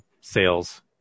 sales